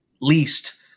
least